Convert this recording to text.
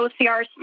OCR